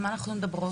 על מה אנחנו מדברות?